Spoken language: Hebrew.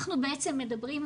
אנחנו בעצם מדברים,